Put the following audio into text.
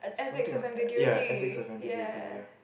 something like ya ethics of ambiguity ya